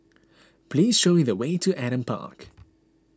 please show me the way to Adam Park